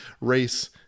race